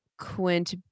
Quint